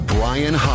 Brian